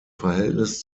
verhältnis